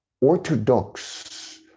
Orthodox